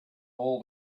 all